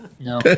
no